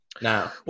Now